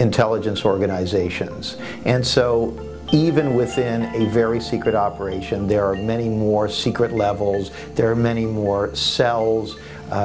intelligence organizations and so even within a very secret operation there are many more secret levels there are many more cells